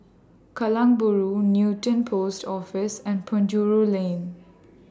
Kallang Bahru Newton Post Office and Penjuru Lane